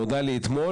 נודע לי אתמול,